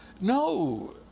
No